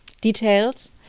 detailed